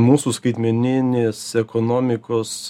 mūsų skaitmeninės ekonomikos